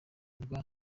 rwa